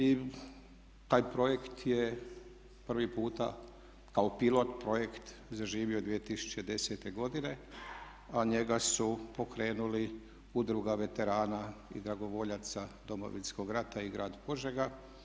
I taj projekt je prvi puta kao pilot projekt zaživio 2010.godine a njega su pokrenuli Udruga veterana i dragovoljaca Domovinskog rata i Grad Požega.